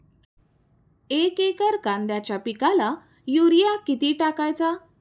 एक एकर कांद्याच्या पिकाला युरिया किती टाकायचा?